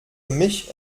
mich